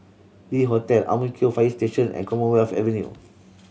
Le Hotel Ang Mo Kio Fire Station and Commonwealth Avenue